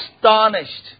astonished